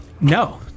no